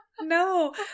No